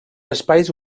espais